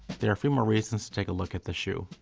there are a few more reasons to take a look at the shoe.